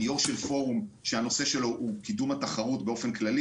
אני יו"ר של פורום שהנושא שלו הוא קידום התחרות באופן כללי.